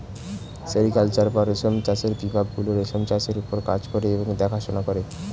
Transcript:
sericulture বা রেশম চাষের বিভাগ গুলো রেশম চাষের ওপর কাজ করে এবং দেখাশোনা করে